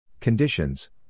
Conditions